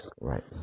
Right